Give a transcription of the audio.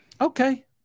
Okay